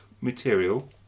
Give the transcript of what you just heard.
material